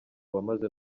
wamaze